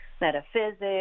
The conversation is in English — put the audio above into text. metaphysics